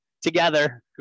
together